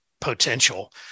potential